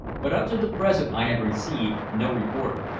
but up to the present i have received no report.